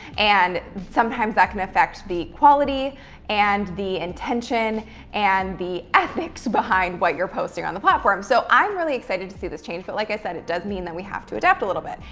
and sometimes that can affect the quality and the intention and the ethics behind what you're posting on the platform. so i'm really excited to see this change, but like i said, it does mean that we have to adapt a little bit.